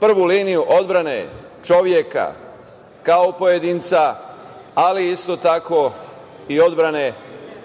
Prvu liniju odbrane čoveka kao pojedinca, ali isto tako i odbrane